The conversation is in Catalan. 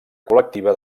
col·lectiva